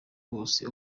bose